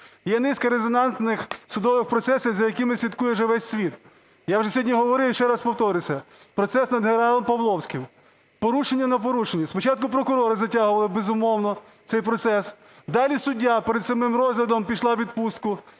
Є низка резонансних судових процесів, за якими слідкує вже весь світ. Я вже сьогодні говорив і ще раз повторюся. Процес над генералом Павловським. Порушення на порушенні. Спочатку прокурори затягували, безумовно, цей процес. Далі суддя перед самим розглядом пішла у відпустку.